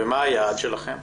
ומה היעד שלכם?